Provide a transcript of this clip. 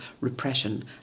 repression